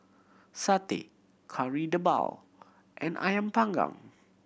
satay Kari Debal and Ayam Panggang